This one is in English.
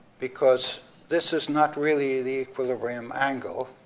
because this is not really the equilibrium angle,